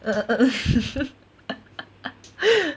uh um